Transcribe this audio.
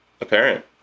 apparent